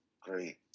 Great